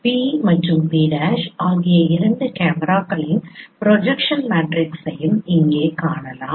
P மற்றும் P' ஆகிய இரண்டு கேமராக்களின் ப்ரொஜெக்ஷன் மேட்ரிக்ஸையும் இங்கே காணலாம்